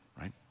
right